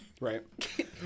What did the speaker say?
right